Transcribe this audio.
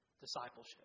discipleship